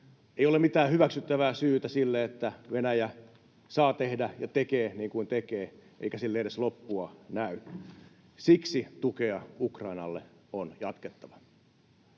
Ei ole mitään hyväksyttävää syytä sille, että Venäjä saa tehdä ja tekee niin kuin tekee — eikä sille edes loppua näy. Siksi tukea Ukrainalle on jatkettava.